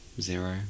Zero